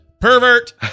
Pervert